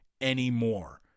anymore